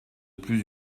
plus